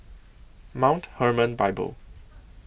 Mount Hermon Bible